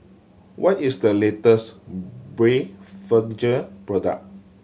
what is the latest Blephagel product